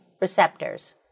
receptors